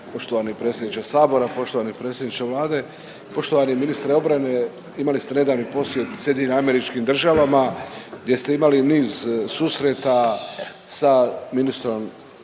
Poštovani predsjedniče sabora, poštovani predsjedniče Vlade. Poštovani ministre obrane, imali ste nedavni posjet SAD-u gdje ste imali niz susreta sa ministrom